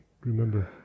remember